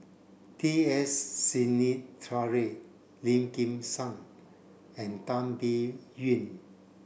T S Sinnathuray Lim Kim San and Tan Biyun